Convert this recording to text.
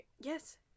Yes